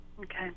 Okay